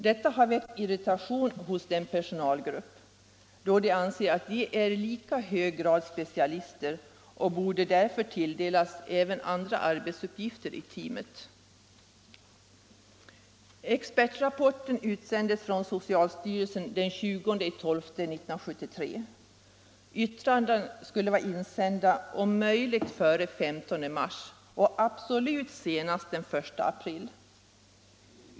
Detta har väckt irritation hos denna personal, då de anser att de i lika hög grad är specialister och därför borde tilldelas även andra arbetsuppgifter i teamet. Expertrapporten utsändes från socialstyrelsen den 20 december 1973. Yttranden skulle vara inne om möjligt före den 15 mars 1974 och absolut senast den 1 april.